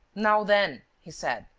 now then! he said.